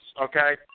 Okay